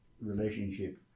relationship